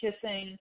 kissing